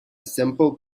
simple